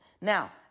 Now